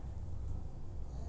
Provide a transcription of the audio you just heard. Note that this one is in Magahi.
खुबानी पौष्टिक से भरपूर मेवा हई